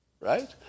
right